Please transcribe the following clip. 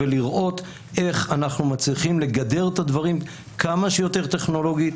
ולראות איך אנחנו מצליחים לגדר את הדברים כמה שיותר טכנולוגית,